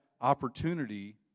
opportunity